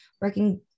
working